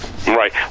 Right